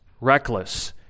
reckless